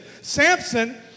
Samson